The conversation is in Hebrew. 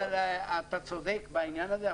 אתה צודק בעניין הזה,